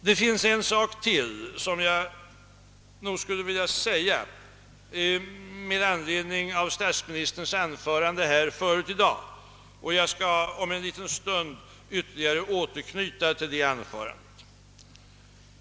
Det är en sak till som jag nu vill säga med anledning av statsministerns anförande i dag, och jag skall om en liten stund ytterligare återknyta till det anförandet.